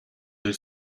del